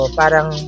parang